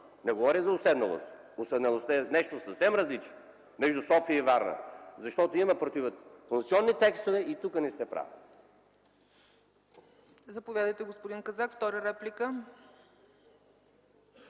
Не говоря за уседналост, тя е нещо съвсем различно между София и Варна, защото имаме противоконституционни текстове и тук не сте прави.